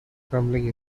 crumbling